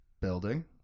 building